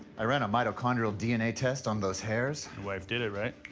i ran a mitochondrial dna test on those hairs. the wife did it right?